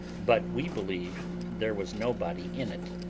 but we believe there was nobody in it.